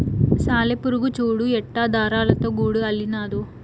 సాలెపురుగు చూడు ఎట్టా దారాలతో గూడు అల్లినాదో